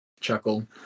chuckle